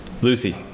Lucy